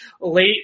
late